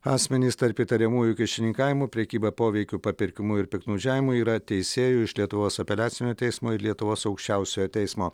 asmenys tarp įtariamųjų kyšininkavimu prekyba poveikiu papirkimu ir piktnaudžiavimu yra teisėjų iš lietuvos apeliacinio teismo ir lietuvos aukščiausiojo teismo